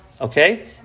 okay